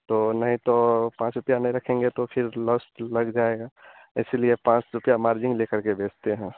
तो नहीं तो पाँच रुपया नहीं रखेंगे तो फिर लॉस लग जाएगा इसलिए पाँच रुपया मार्जिन ले करके बेचते हैं